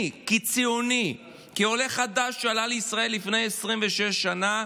אני, כציוני, כעולה חדש שעלה לישראל לפני 26 שנה,